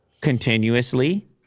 continuously